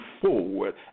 forward